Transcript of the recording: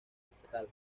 estatal